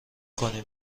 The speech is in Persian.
کنیم